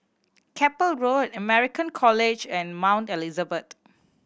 Keppel Road American College and Mount Elizabeth